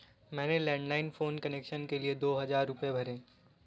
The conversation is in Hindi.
मैंने लैंडलाईन फोन कनेक्शन के लिए दो हजार रुपए भरे